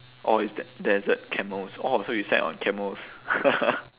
orh is that there's a camels orh so you sat on camels